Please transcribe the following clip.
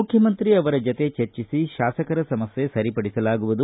ಮುಖ್ಯಮಂತ್ರಿ ಅವರ ಜತೆ ಚರ್ಚಿಸಿ ಶಾಸಕರ ಸಮಸ್ಯ ಸರಿಪಡಿಸಲಾಗುವುದು